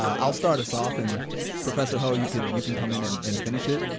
um i'll start us off and professor ho you can you can come in and and finish it.